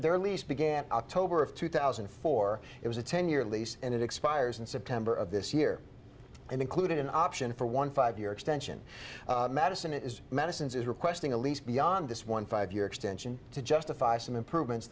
their lease began october of two thousand and four it was a ten year lease and it expires in september of this year and included an option for one five year extension madison is madison's is requesting a lease beyond this one five year extension to justify some improvements